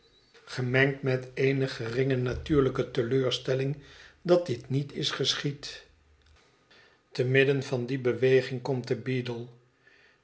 gemengd met eene geringe natuurlijke teleurstelling dat dit niet is geschied te midden van die beweging komt de beadle